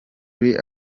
ari